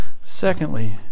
Secondly